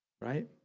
Right